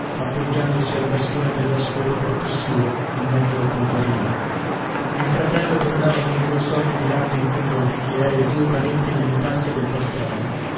appoggiandosi al bastone della scopa per tossire in mezzo al polverío il fratello tornava coi due soldi di latte in fondo al bicchiere e due panetti nelle tasche del pastrano